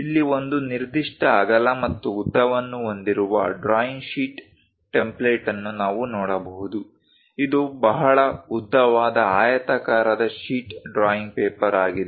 ಇಲ್ಲಿ ಒಂದು ನಿರ್ದಿಷ್ಟ ಅಗಲ ಮತ್ತು ಉದ್ದವನ್ನು ಹೊಂದಿರುವ ಡ್ರಾಯಿಂಗ್ ಶೀಟ್ ಟೆಂಪ್ಲೆಟ್ ಅನ್ನು ನಾವು ನೋಡಬಹುದು ಇದು ಬಹಳ ಉದ್ದವಾದ ಆಯತಾಕಾರದ ಶೀಟ್ ಡ್ರಾಯಿಂಗ್ ಪೇಪರ್ ಆಗಿದೆ